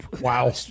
Wow